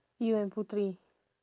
you and putri